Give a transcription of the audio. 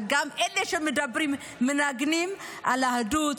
וגם אלה שמנגנים על אחדות,